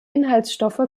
inhaltsstoffe